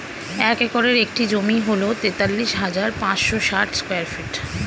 এক একরের একটি জমি হল তেতাল্লিশ হাজার পাঁচশ ষাট স্কয়ার ফিট